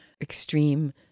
extreme